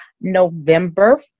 November